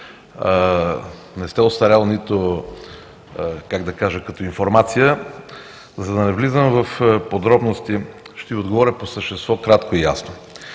не сте остарял и като информация. За да не влизам в подробности ще Ви отговоря по същество кратко и ясно: